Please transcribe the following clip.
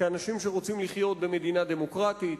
כאנשים שרוצים לחיות במדינה דמוקרטית,